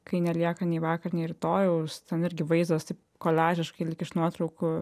kai nelieka nei vakar nei rytojaus ten irgi vaizdas taip koliažiškai lyg iš nuotraukų